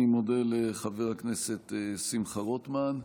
אני מודה לחבר הכנסת שמחה רוטמן.